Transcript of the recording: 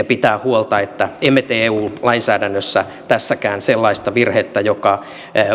pitää huolta että emme tee eu lainsäädännössä tässäkään sellaista virhettä joka